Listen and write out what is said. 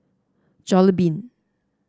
jollibean